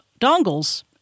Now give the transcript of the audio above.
dongles